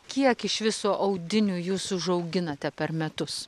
kiek iš viso audinių jus užauginate per metus